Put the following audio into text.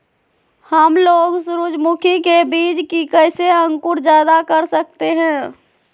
हमलोग सूरजमुखी के बिज की कैसे अंकुर जायदा कर सकते हैं?